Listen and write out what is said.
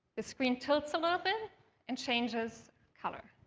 the screen tilts a little bit and changes color.